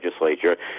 legislature